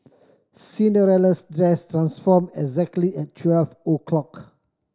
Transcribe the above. Cinderella's dress transform exactly at twelve o'clock